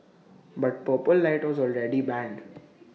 but purple light was already banned